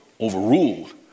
overruled